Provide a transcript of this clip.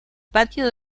patio